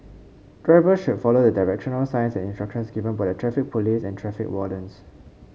drivers should follow the directional signs and instructions given by the Traffic Police and traffic wardens